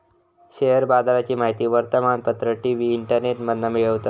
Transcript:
share बाजाराची माहिती वर्तमानपत्र, टी.वी, इंटरनेटमधना मिळवतत